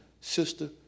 sister